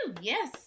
Yes